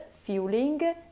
fueling